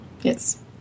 yes